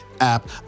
app